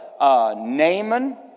Naaman